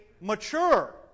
mature